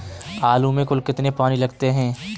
आलू में कुल कितने पानी लगते हैं?